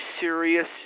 serious